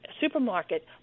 supermarket